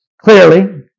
Clearly